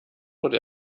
wurde